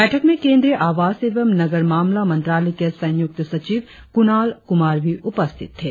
बैठक में केंद्रीय आवास एवं नगर मामला मंत्रालय के संयुक्त सचिव कुणाल कुमार भी उपस्थित थे